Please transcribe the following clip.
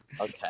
Okay